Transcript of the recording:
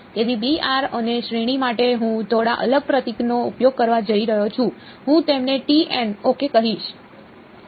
તેથી અને શ્રેણી માટે હું થોડો અલગ પ્રતીકનો ઉપયોગ કરવા જઈ રહ્યો છું હું તેમને t n ok કહીશ